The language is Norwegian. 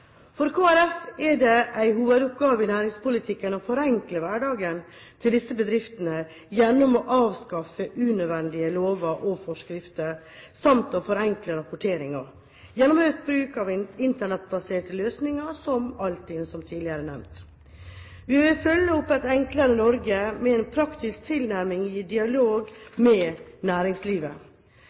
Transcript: For Kristelig Folkeparti er det en hovedoppgave i næringspolitikken å forenkle hverdagen til disse bedriftene gjennom å avskaffe unødvendige lover og forskrifter samt å forenkle rapporteringen gjennom økt bruk av internettbaserte løsninger, som Altinn, som tidligere nevnt. Vi vil følge opp Et enklere Norge med en praktisk tilnærming i dialog med næringslivet.